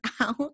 out